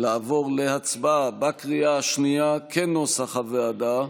לעבור להצבעה בקריאה השנייה כנוסח הוועדה,